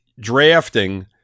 drafting